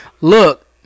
Look